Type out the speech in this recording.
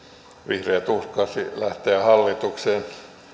vihreät uhkasi lähteä hallituksesta